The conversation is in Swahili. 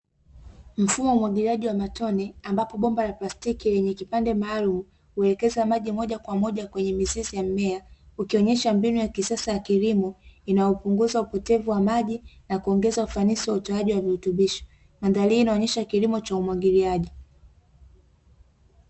Mfumo wa umwagiliaji wa matone, ambapo bomba la plastiki lenye kipande maalumu, huelekeza maji moja kwa moja kwenye mizizi ya mmea ukionyesha mbinu ya kisasa ya kilimo, inayopunguza upotevu wa maji na kuongeza ufanisi wa utoaji wa virutubisho. Mandhari hii inaonyesha kilimo cha umwagiliaji.